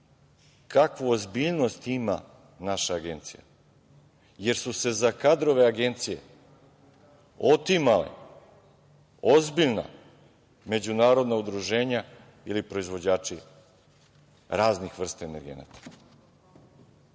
kakvu ozbiljnost ima naša agencija, jer su se za kadrove Agencije otimala ozbiljna međunarodna udruženja ili proizvođači raznih vrsta energenata.